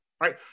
right